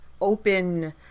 open